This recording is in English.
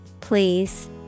Please